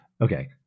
okay